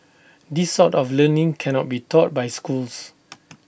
this sort of learning cannot be taught by schools